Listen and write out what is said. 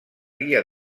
guia